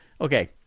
okay